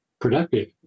productive